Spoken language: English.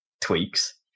tweaks